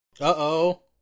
Uh-oh